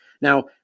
Now